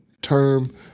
term